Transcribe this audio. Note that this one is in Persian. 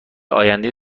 آینده